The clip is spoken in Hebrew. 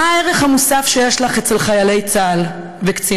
מה הערך המוסף שיש לך אצל חיילי צה"ל וקציניו?